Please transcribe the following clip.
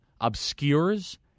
obscures